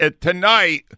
tonight